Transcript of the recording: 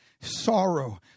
sorrow